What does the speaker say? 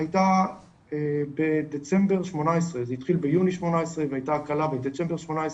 הייתה בדצמבר 18' זה התחיל ביוני 18' והייתה הקלה בדצמבר 18',